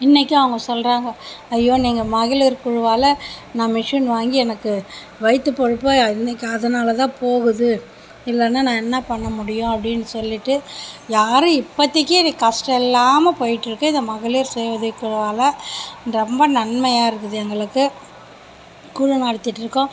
இன்றைக்கும் அவங்க சொல்கிறாங்க ஐயோ நீங்கள் மகளிர் குழுவால் நான் மிஷின் வாங்கி எனக்கு வயிற்று பொழப்பு இன்றைக்கு அதனால் தான் போகுது இல்லைன்னா நான் என்ன பண்ண முடியும் அப்படின்னு சொல்லிவிட்டு யாரும் இப்போத்திக்கு கஷ்டம் இல்லாமல் போய்விட்டு இருக்குது இந்த மகளிர் சுய உதவிக்குழுவால் ரொம்ப நன்மையாக இருக்குது எங்களுக்கு குழு நடத்திட்டுருக்கோம்